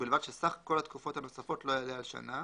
ובלבד שסך כל התקופות הנוספות לא יעלה על שנה,